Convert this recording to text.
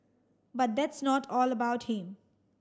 but that's not all about him